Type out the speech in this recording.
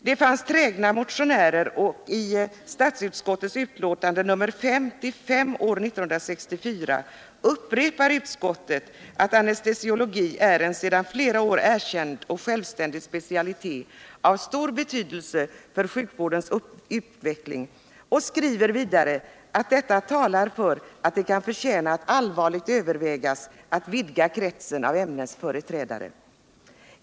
Det fanns trägna motionärer, och i statsutskottets utlåtande nr 55 år 1964 upprepar utskottet att anestesiologi är en sedan flera år erkänd och självständig specialitet av stor betydelse för sjukvårdens utveckling, och skriver vidare att detta talar för att det kan förtjäna att allvarligt övervägas att vidga kretsen av ämnets företrädare.